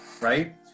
right